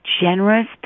generous